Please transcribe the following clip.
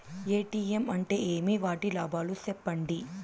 ATM అంటే ఏమి? వాటి లాభాలు సెప్పండి?